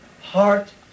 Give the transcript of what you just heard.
heart